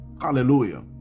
Hallelujah